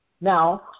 Now